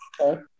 Okay